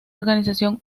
organización